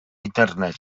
internet